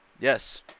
Yes